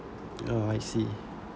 uh I see